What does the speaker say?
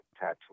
tattoo